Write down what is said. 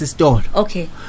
Okay